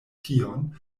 tion